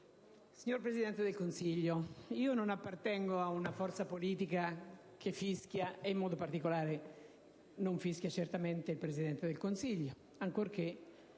Signor Presidente del Consiglio, io non appartengo ad una forza politica che fischia e, in modo particolare, non fischia certamente il Presidente del Consiglio, ancorché